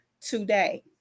today